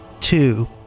two